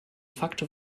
facto